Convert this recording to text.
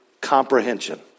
comprehension